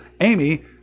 Amy